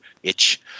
itch